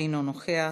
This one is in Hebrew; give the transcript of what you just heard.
אינו נוכח,.